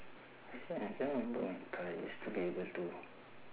actually I cannot remember my card I used to be able to